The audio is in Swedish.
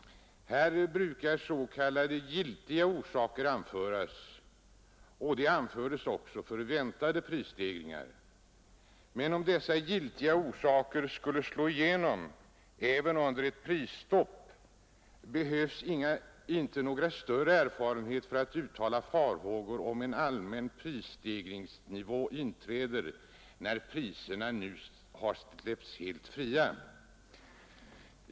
Härvid brukar s.k. giltiga orsaker anföras, och sådana anfördes också för väntade prisstegringar. Men om dessa giltiga orsaker slår igenom även under ett prisstopp, ligger det nära till hands att uttala farhågor för en allmän prisstegring när priserna nu har släppts helt fria.